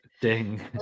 ding